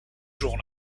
jour